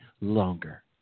longer